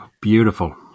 Beautiful